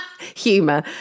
humor